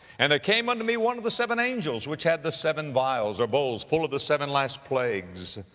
and there came unto me one of the seven angels which had the seven vials, or bowls, full of the seven last plagues,